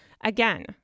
Again